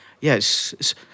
yes